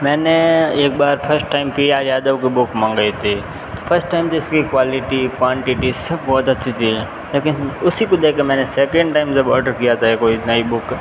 मैंने एक बार first time P R Yadav की बुक मंगाई थी फर्स्ट टाइम जिसकी क्वालिटी क्वांटिटी सब बहुत अच्छी थी लेकिन उसी को देख के मैंने सेकेंड टाइम जब ऑर्डर किया तो कोई नई बुक